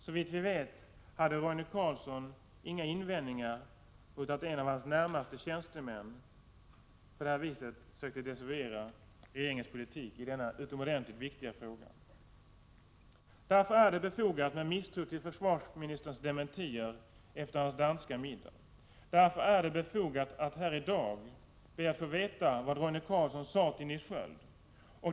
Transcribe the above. Såvitt vi vet hade Roine Carlsson inga invändningar mot att en av hans närmaste tjänstemän på detta vis sökte desavouera regeringens politik i denna utomordentligt viktiga fråga. Därför är det befogat med misstro till försvarsministerns dementier efter hans danska middag. Därför är det befogat att här i dag be att få veta vad Roine Carlsson sade till Nils Sköld.